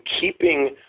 keeping